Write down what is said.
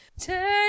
Turn